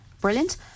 Brilliant